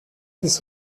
this